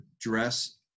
dress